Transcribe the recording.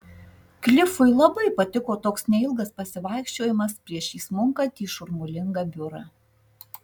klifui labai patiko toks neilgas pasivaikščiojimas prieš įsmunkant į šurmulingą biurą